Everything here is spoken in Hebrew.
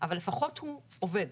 אבל לפחות הוא עובד.